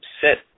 set